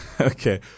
Okay